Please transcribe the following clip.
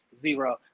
zero